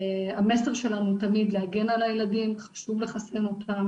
המסר שלנו תמיד להגן על הילדים, חשוב לחסן אותם.